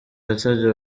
yasabye